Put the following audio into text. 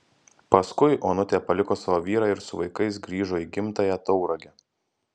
paskui onutė paliko savo vyrą ir su vaikais grįžo į gimtąją tauragę